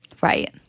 Right